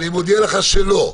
אני מודיע לך שלא.